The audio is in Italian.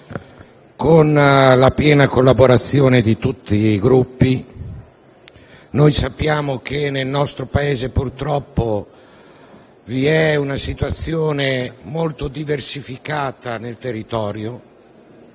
con la piena collaborazione di tutti i Gruppi. Sappiamo che nel nostro Paese purtroppo vi è una situazione molto diversificata sul territorio,